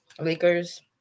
Lakers